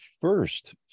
first